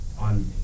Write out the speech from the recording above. on